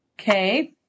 Okay